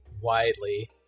widely